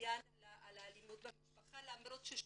שצוין על האלימות במשפחה למרות ששוב,